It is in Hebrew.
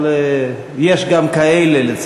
אבל יש גם כאלה,